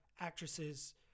actresses